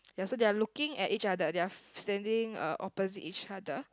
ya so they're looking at each other they're standing uh opposite each other